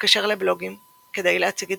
לקשר לבלוגים כדי להציג עדכונים,